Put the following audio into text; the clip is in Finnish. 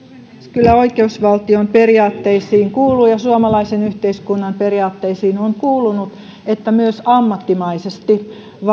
kyllä oikeusvaltion periaatteisiin kuuluu ja suomalaisen yhteiskunnan periaatteisiin on kuulunut että myös ammattimaisesti